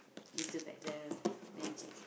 is do back the magic